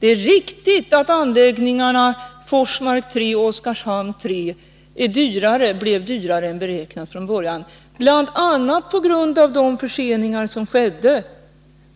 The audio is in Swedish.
Det är riktigt att anläggningarna Forsmark 3 och Oskarshamn 3 blev dyrare än beräknat från början, bl.a. på grund av de förseningar som skedde